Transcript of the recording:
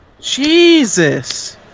Jesus